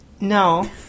No